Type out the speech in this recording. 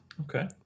Okay